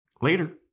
later